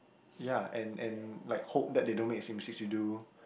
ya and and like hope that they don't make the same mistakes you do